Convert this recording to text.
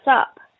up